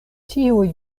tiuj